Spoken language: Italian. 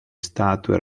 statue